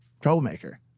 Troublemaker